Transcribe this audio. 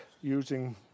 using